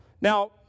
Now